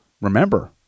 Remember